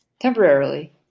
Temporarily